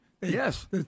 Yes